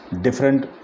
different